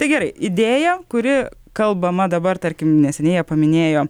tai gerai idėja kuri kalbama dabar tarkim neseniai paminėjo